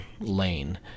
lane